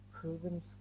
proven